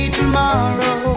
tomorrow